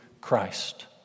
christ